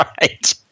Right